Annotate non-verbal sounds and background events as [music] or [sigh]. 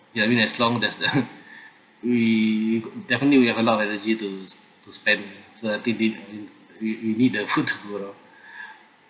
ya I mean as long there's the [laughs] we definitely we have a lot of energy to to spend we we need the food to go around [breath]